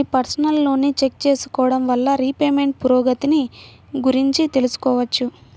మీ personal లోన్ని check చేసుకోడం వల్ల రీపేమెంట్ పురోగతిని గురించి తెలుసుకోవచ్చు